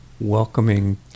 welcoming